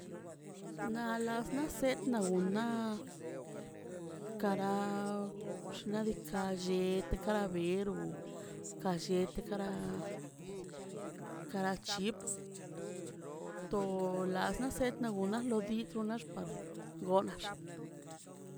Na las naꞌ set naꞌ wuná kara xnaꞌ diikaꞌ llet kara bero gallet karaꞌ karaꞌ chip to las naꞌ set naꞌ gunaꞌ lo di truna par gonax.